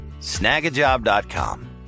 Snagajob.com